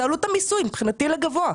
תעלו את המיסוי מבחינתי לסכום גבוה.